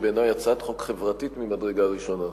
בעיני הצעת חוק חברתית ממדרגה ראשונה.